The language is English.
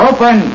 Open